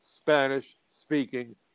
Spanish-speaking